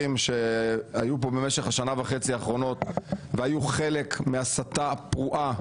שהיו פה במשך השנה וחצי האחרונות והיו חלק מהסתה פרועה,